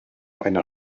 einer